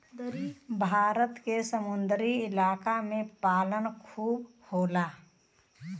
भारत के समुंदरी इलाका में पालन खूब होला